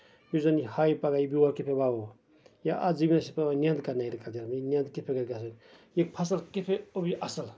یُس زَن یہِ ہایہِ پَگہہ یہِ بیول کِتھ کٔنۍ وَوو یا اَتھ زٔمیٖنَس چھِ پیٚوان نیٚند کَرٕنۍ ایٚگرِکلچرس منٛز یہِ نیٚند کِتھ پٲٹھۍ گژھِ گژھٕنۍ یہِ فصٕل کِتھ پٲٹھۍ اُگہِ اَصٕل